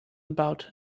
about